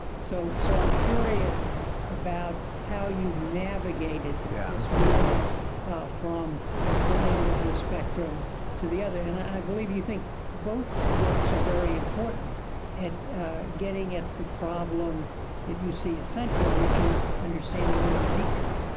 so so i'm curious about how you've navigated this movement from one end of the spectrum to the other, and i believe you think both works are very important at getting at the problem that you see as central, which is understanding human nature.